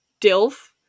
Dilf